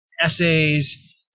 essays